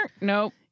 nope